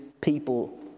people